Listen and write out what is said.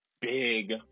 big